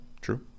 true